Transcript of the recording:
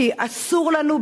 כי אסור לנו,